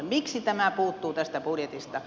miksi tämä puuttuu tästä budjetista